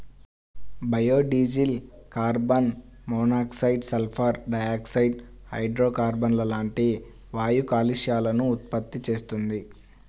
biodiesel carbon monoxide, sulphur dioxide, హైడ్రోకార్బన్లు లాంటి వాయు కాలుష్యాలను ఉత్పత్తి చేస్తుంది